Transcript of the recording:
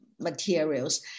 Materials